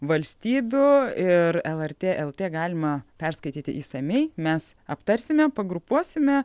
valstybių ir lrt lt galima perskaityti išsamiai mes aptarsime grupuosime